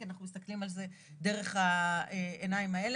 כי אנחנו מסתכלים על זה דרך העיניים האלה.